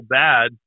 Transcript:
bad